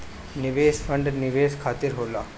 निवेश फंड निवेश खातिर होला